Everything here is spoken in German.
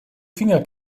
finger